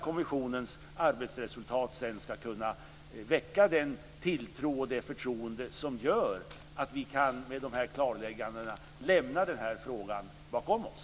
Dess arbetsresultat ska sedan kunna få den tilltro och det förtroende som gör att vi med dessa klarlägganden kan lämna denna fråga bakom oss.